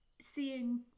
seeing